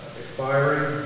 expiring